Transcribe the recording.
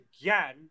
again